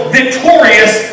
victorious